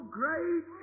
great